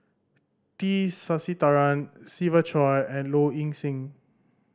T Sasitharan Siva Choy and Low Ing Sing